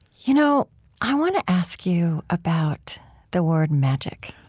you know i want to ask you about the word magic.